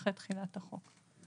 אחרי תחילת החוק.